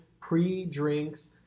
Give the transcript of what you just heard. pre-drinks